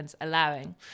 allowing